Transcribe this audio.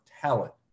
talent